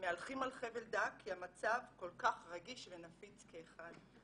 מהלכים על חבל דק כי המצב כל כך רגיש ונפיץ כאחד.